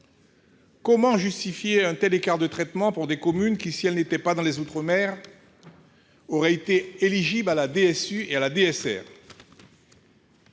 Comment justifier un tel écart de traitement pour des communes qui, si elles n'étaient pas dans les outre-mer, auraient été éligibles à la DSU et à la DSR ?